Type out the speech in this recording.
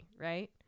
right